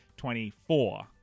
24